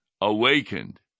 awakened